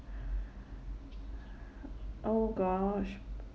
oh gosh